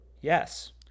Yes